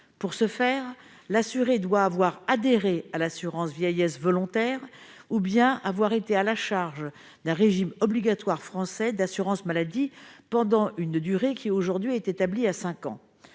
Pour ce faire, l'assuré doit avoir adhéré à l'assurance vieillesse volontaire ou avoir été à la charge d'un régime obligatoire français d'assurance maladie pendant une durée qui est aujourd'hui établie à cinq ans.